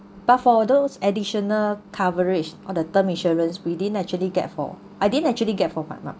but for those additional coverage of the term insurance we didn't actually get for I didn't actually get for my pa~